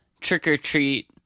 trick-or-treat